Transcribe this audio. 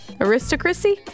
Aristocracy